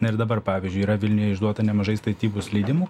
na ir dabar pavyzdžiui yra vilniuje išduota nemažai statybos leidimų